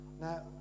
Now